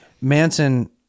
Manson